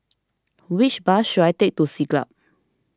which bus should I take to Siglap